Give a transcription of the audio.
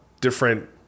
different